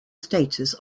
status